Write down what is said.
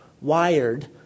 wired